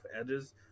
edges